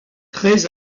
très